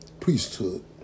priesthood